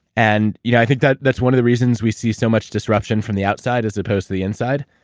and you know i think that's that's one of the reasons we see so much disruption from the outside as opposed to the inside,